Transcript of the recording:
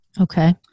Okay